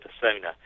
persona